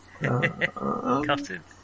cotton